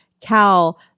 cal